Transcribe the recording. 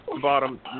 bottom